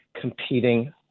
competing